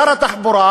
שר התחבורה